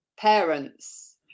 parents